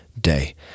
day